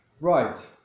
Right